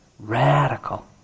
Radical